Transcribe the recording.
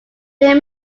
their